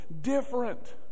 different